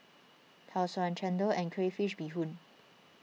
Tau Suan Chendol and Crayfish BeeHoon